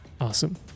Awesome